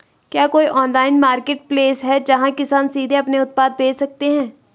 क्या कोई online marketplace है, जहां किसान सीधे अपने उत्पाद बेच सकते हैं?